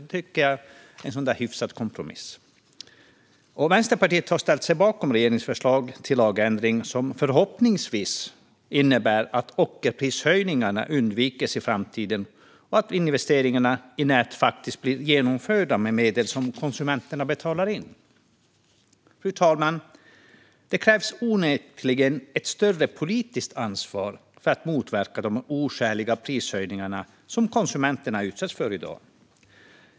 Det tycker jag är en hyfsad kompromiss. Vänsterpartiet har ställt sig bakom regeringens förslag till lagändring, som förhoppningsvis innebär att ockerprishöjningarna undviks i framtiden och att investeringarna i nät faktiskt blir genomförda med de medel som konsumenterna betalar in. Fru talman! Det krävs onekligen ett större politiskt ansvar för att motverka de oskäliga prishöjningar som konsumenterna utsätts för i dag.